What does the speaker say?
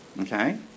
Okay